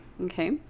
Okay